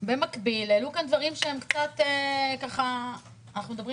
במקביל העלו כאן דברים אנחנו מדברים